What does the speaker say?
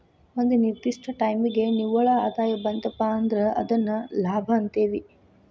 ಒಂದ ನಿರ್ದಿಷ್ಟ ಟೈಮಿಗಿ ನಿವ್ವಳ ಆದಾಯ ಬಂತಪಾ ಅಂದ್ರ ಅದನ್ನ ಲಾಭ ಅಂತೇವಿ